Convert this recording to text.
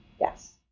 Yes